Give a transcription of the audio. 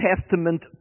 Testament